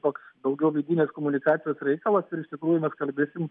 daugiau vidinės komunikacijos reikalas ir iš tikrųjų mes kalbėsim